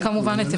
אני כמובן אתייחס.